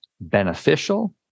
beneficial